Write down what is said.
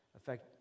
affect